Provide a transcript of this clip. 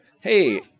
hey